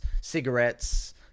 cigarettes